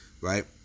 right